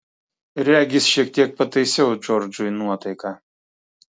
regis šiek tiek pataisiau džordžui nuotaiką